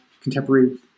contemporary